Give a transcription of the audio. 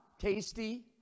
tasty